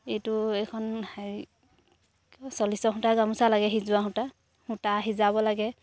এইটো এইখন হেৰি সূতা গামোচা লাগে সিজোৱা সূতা সূতা সিজাব লাগে